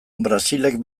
brasilek